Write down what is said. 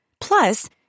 Plus